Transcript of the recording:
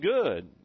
good